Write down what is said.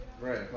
right